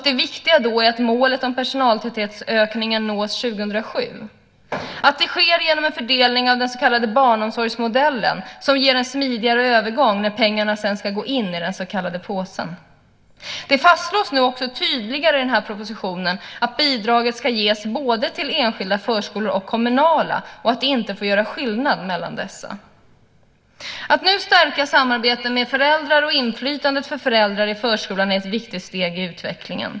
Det viktiga är då att målet om personaltäthetsökningen nås 2007. Detta sker genom en fördelning av den så kallade barnomsorgsmodellen, som ger en smidigare övergång när pengarna sedan ska gå in i den så kallade påsen. Det fastslås nu också tydligare i den här propositionen att bidraget ska ges både till enskilda och kommunala förskolor och att det inte får göras skillnad mellan dessa. Att nu stärka samarbetet med föräldrarna och föräldrarnas inflytande i förskolan är ett viktigt steg i utvecklingen.